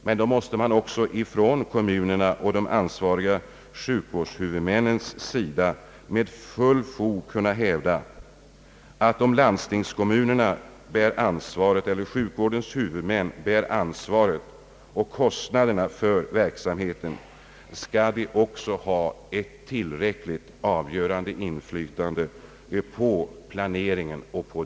Men då bör också kommunerna och de ansvariga sjukvårdshuvudmännen med fullt fog kunna hävda att om landstingskommunerna eller sjukvårdens huvudmän bär ansvaret och svarar för kostnaderna för verksamheten, bör de också ha ett avgörande inflytande på planeringen och driften.